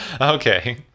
Okay